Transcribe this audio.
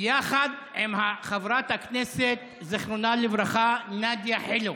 יחד עם חברת הכנסת נאדיה חילו,